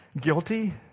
Guilty